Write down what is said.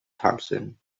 thompson